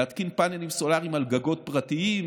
להתקין פאנלים סולריים על גגות פרטיים,